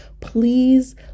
please